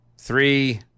Three